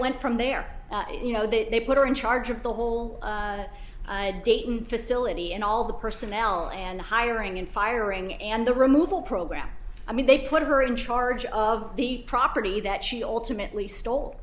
went from there you know they put her in charge of the whole dating facility and all the personnel and hiring and firing and the removal program i mean they put her in charge of the property that she ultimately stole